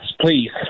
please